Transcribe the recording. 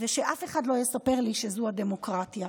שאף אחד לא יספר לי שזו הדמוקרטיה.